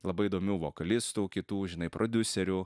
labai įdomių vokalistų kitų žinai prodiuserių